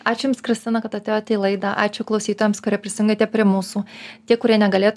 ačiū jums kristina kad atėjote į laidą ačiū klausytojams kurie prisijungėte prie mūsų tie kurie negalėjot